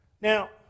Now